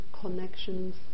connections